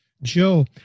Joe